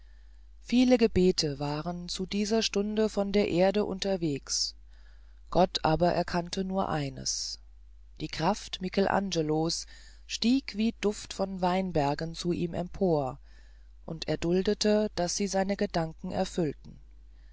viele gebete waren zu dieser stunde von der erde unterwegs gott aber erkannte nur eines die kraft michelangelos stieg wie duft von weinbergen zu ihm empor und er duldete daß sie seine gedanken erfüllte